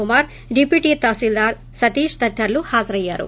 Kumar deputy tahsildar Satish తదితరులు హాజరయ్యారు